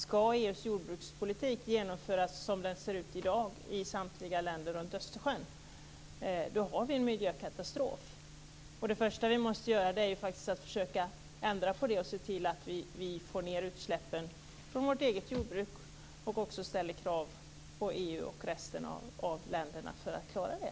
Ska EU:s jordbrukspolitik genomföras som den ser ut i dag i samtliga länder runt Östersjön då har vi en miljökatastrof. Det första vi måste göra är att försöka ändra på det och se till att vi får ned utsläppen från vårt eget jordbruk och också ställer krav på EU och resten av länderna för att klara det.